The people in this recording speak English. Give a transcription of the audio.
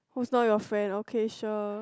who's now your friend okay sure